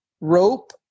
rope